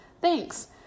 Thanks